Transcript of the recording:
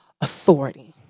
authority